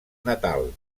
natal